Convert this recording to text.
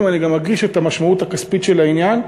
אני גם אגיש את המשמעות הכספית של העניין.